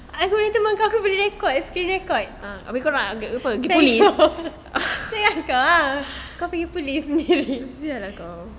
aku recommend kau boleh record sekali record yang tak kau pergi polis